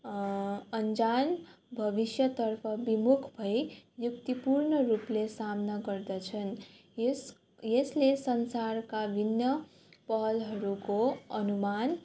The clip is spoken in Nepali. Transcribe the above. अनजान भविष्यतर्फ विमुख भई युक्तिपूर्ण रूपले सामना गर्दछन् यस यसले संसारका भिन्न पहलहरूको अनुमान